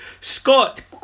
Scott